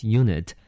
unit